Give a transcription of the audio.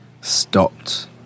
stopped